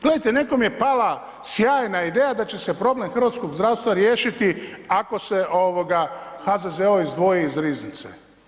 Gledajte, nekom je pala sjajna ideja da će se problem hrvatskog zdravstva riješiti ako se HZZO izdvoji iz riznice.